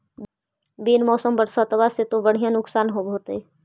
बिन मौसम बरसतबा से तो बढ़िया नुक्सान होब होतै?